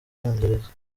bwongereza